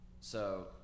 So-